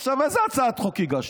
עכשיו, איזו הצעת חוק הגשתי?